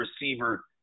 receiver